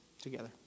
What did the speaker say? together